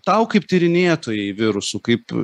tau kaip tyrinėtojai virusų kaip